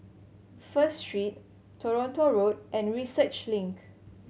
First Street Toronto Road and Research Link